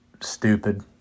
stupid